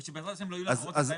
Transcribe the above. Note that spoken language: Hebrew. אם כן,